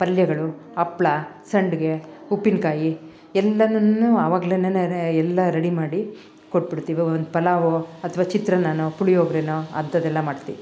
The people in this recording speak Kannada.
ಪಲ್ಯಗಳು ಹಪ್ಳ ಸಂಡಿಗೆ ಉಪ್ಪಿನಕಾಯಿ ಎಲ್ಲಾನು ಅವಾಗ್ಲೆನೆ ಎಲ್ಲಾ ರೆಡಿ ಮಾಡಿ ಕೊಟ್ಬಿಡ್ತಿವಿ ಒಂದು ಪಲಾವು ಅಥವಾ ಚಿತ್ರನ್ನ ಪುಳಿಯೋಗ್ರೆ ಅಂತದೆಲ್ಲಾ ಮಾಡ್ತಿವಿ